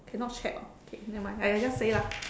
cannot check okay nevermind !aiya! just say lah